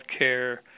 healthcare